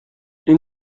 این